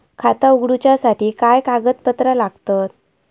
खाता उगडूच्यासाठी काय कागदपत्रा लागतत?